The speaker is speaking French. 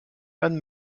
anne